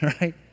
right